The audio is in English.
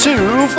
Two